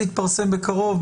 לוח הזמנים יתפרסם בקרוב.